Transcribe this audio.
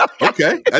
Okay